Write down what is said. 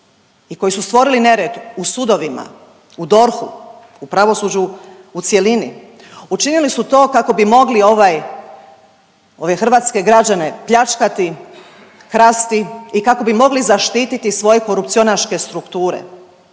i koji su stvorili nered u sudovima, u DORH-u, u pravosuđu u cjelini, učinili su to kako boi mogli ovaj, ove hrvatske građane pljačkati, krasti i kako bi mogli zaštiti svoje korupcionaške strukture,